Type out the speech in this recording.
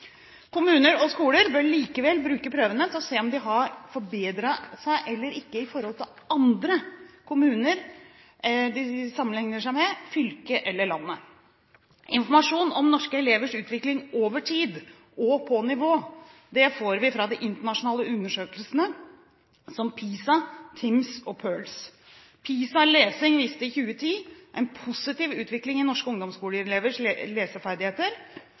Kommuner og skoler bør likevel bruke prøvene til å se om de har forbedret seg eller ikke i forhold til andre – kommuner de sammenligner seg med, fylket eller landet. Informasjon om norske elevers utvikling over tid og på nivå får vi fra de internasjonale undersøkelsene som PISA, TIMSS og PIRLS. PISA lesing viste i 2010 en positiv utvikling i norske